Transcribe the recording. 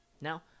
Now